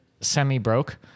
semi-broke